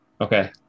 Okay